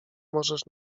możesz